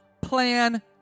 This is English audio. plan